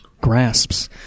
grasps